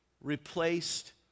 replaced